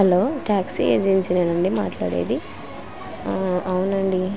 hello taxi ఏజెన్సీనానండి మాట్లాడేది అవునండి